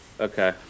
Okay